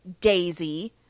Daisy